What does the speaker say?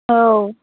औ